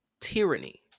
Tyranny